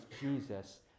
Jesus